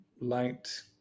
light